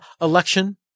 election